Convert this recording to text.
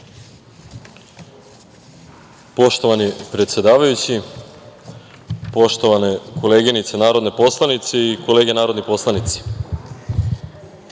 Poštovani predsedniče, poštovane koleginice narodne poslanice i kolege narodni poslanici,